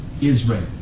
Israel